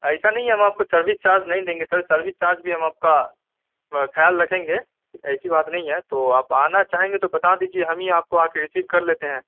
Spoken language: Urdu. ایسا نہیں ہے ہم آپ کو سروس چارج نہیں دیں گے سر سروس چارج بھی ہم آپ کا خیال رکھیں گے ایسی بات نہیں ہے تو آپ آنا چاہیں گے تو بتا دیجیے ہمیں آپ کو آ کے رسیور کر لیتے ہیں